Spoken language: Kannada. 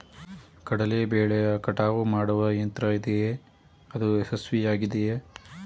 ಕಡಲೆ ಬೆಳೆಯ ಕಟಾವು ಮಾಡುವ ಯಂತ್ರ ಇದೆಯೇ? ಅದು ಯಶಸ್ವಿಯಾಗಿದೆಯೇ?